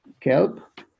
kelp